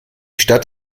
stadt